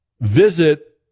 visit